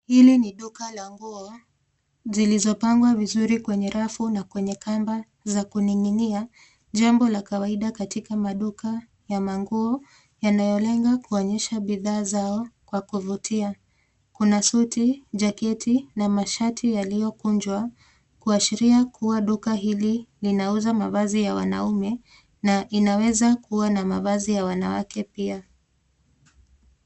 Hili ni duka la nguo zilizopangwa vizuri kwenye rafu na kwenye kamba za kuning'inia, jambo la kawaida katika maduka ya manguo yanayolenga kuonyesha bidhaa zao kwa kuvutia. Kuna suti, jaketi na mashati yaliyokunjwa kuashiria kuwa duka hili linauza mavazi ya wanaume na inaweza kuwa na mavazi ya wanawake pia.